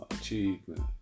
achievement